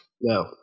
No